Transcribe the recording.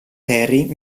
perry